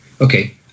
Okay